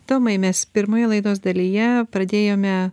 tomai mes pirmoje laidos dalyje pradėjome